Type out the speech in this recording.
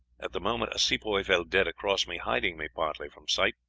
at the moment a sepoy fell dead across me, hiding me partly from sight.